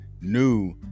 new